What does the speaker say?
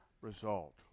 result